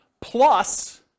plus